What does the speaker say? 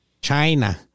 China